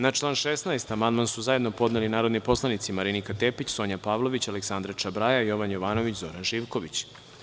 Na član 16. amandman su zajedno podneli narodni poslanici Marinika Tepić, Sonja Pavlović, Aleksandra Čobraja, Jovan Jovanović i Zoran Živković.